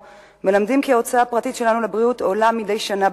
מלמדים כי ההוצאה הפרטית שלנו על בריאות עולה מדי שנה,